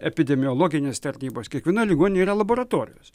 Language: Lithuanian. epidemiologinės tarnybos kiekvienoj ligoninėj yra laboratorijos